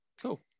cool